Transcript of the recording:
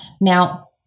Now